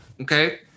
okay